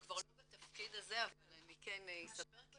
אני לא בתפקיד הזה אבל אני אספר כי